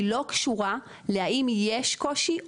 היא לא קשורה להאם יש קושי,